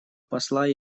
посла